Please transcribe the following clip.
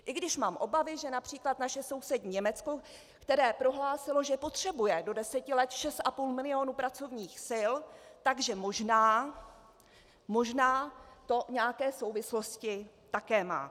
I když mám obavy, že například naše sousední Německo, které prohlásilo, že potřebuje do deseti let 6,5 milionu pracovních sil, tak že možná to nějaké souvislosti také má.